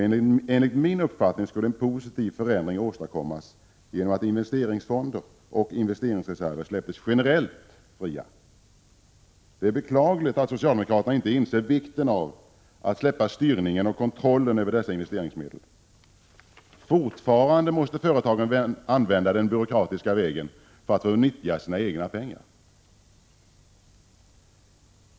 Enligt min uppfattning skulle en positiv förändring åstadkommas genom att investeringsfonder och investeringsreserver släpptes generellt fria. Det är beklagligt att socialdemokraterna inte inser vikten av att släppa styrningen och kontrollen över dessa investeringsmedel. Fortfarande måste företagen använda den byråkratiska vägen för att få nyttja sina egna pengar.